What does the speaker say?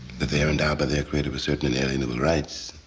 that they are endowed by their creator with certain unalienable rights,